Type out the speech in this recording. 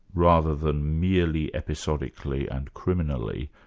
rather than merely episodically and criminally,